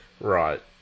Right